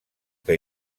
que